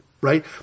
right